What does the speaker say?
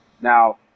Now